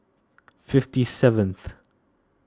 fifty seventh